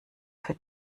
für